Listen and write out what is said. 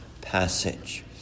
passage